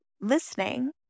listening